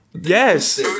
Yes